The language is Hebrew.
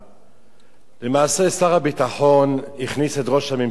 למעשה שר הביטחון הכניס את ראש הממשלה לפלונטר